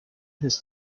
his